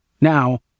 Now